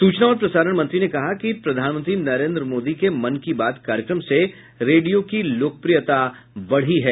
सूचना और प्रसारण मंत्री ने कहा कि प्रधानमंत्री नरेन्द्र मोदी के मन की बात कार्यक्रम से रेडियो की लोकप्रियता बढ़ी है